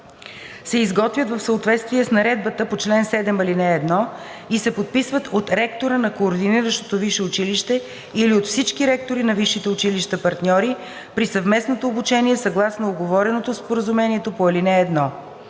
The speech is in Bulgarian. се изготвят в съответствие с наредбата по чл. 7, ал. 1 и се подписват от ректора на координиращото висше училище или от всички ректори на висшите училища – партньори при съвместното обучение, съгласно уговореното в споразумението по ал. 1.